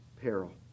peril